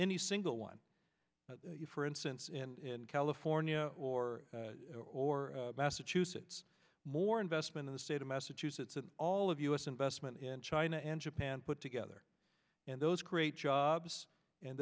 any single one for instance in california or or massachusetts more investment in the state of massachusetts and all of us investment in china and japan put together and those create jobs and